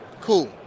cool